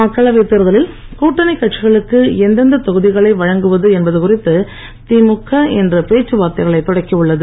மக்களவைத் தேர்தலில் கூட்டணிக் கட்சிகளுக்கு எந்தெந்த தொகுதிகளை வழங்குவது என்பது குறித்து திமுக இன்று பேச்சுவார்த்தைகளை தொடக்கி உள்ளது